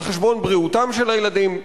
על חשבון בריאותם של הילדים.